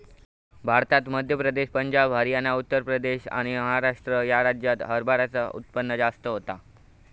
भारतात मध्य प्रदेश, पंजाब, हरयाना, उत्तर प्रदेश आणि महाराष्ट्र ह्या राज्यांत हरभऱ्याचा उत्पन्न जास्त होता